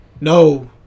No